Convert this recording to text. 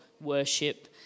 worship